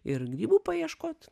ir grybų paieškot